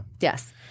yes